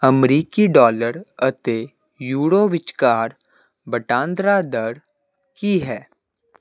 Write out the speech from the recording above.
ਅਮਰੀਕੀ ਡਾਲਰ ਅਤੇ ਯੂਰੋ ਵਿਚਕਾਰ ਵਟਾਂਦਰਾ ਦਰ ਕੀ ਹੈ